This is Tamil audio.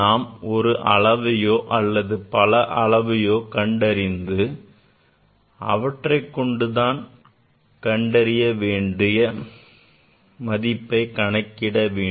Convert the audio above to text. நாம் ஒரு அளவையோ அல்லது பல அளவுகளையோ கண்டறிந்து அவற்றைக்கொண்டு நாம் கண்டறிய வேண்டிய மதிப்பை கணக்கிட வேண்டும்